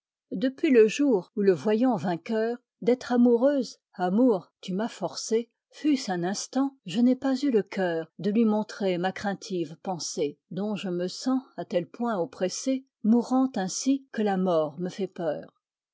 depuis le jour où le voyant vainqueur d'être amoureuse amour tu m'as forcée fût-ce un instant je n'ai pas eu le cœur de lui montrer ma craintive pensée dont je me sens à tel point oppressée mourant ainsi que la mort me fait peur